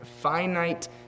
finite